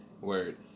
Word